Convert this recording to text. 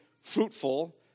fruitful